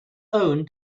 own